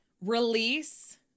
Release